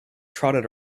trotted